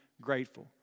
grateful